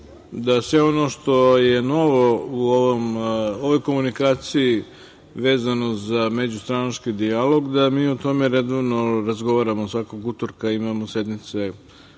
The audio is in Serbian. da sve ovo što je novo u ovoj komunikaciji vezano za međustranački dijalog, mi o tome redovno razgovaramo. Svakog utorka imamo sednice